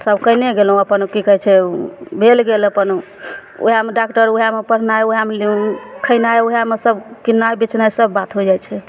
तऽ केने गेलहुँ अपन की कहय छै भेल गेल अपन ओएहमे डॉक्टर ओएहमे पढ़नाइ ओएहमे ई जे खेनाइ उएहमे सब किननाइ बेचनाइ सब बात होइ जाइ छै